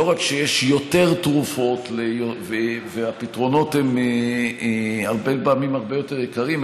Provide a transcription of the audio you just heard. שלא רק שיש יותר תרופות והפתרונות הם הרבה פעמים הרבה יותר יקרים,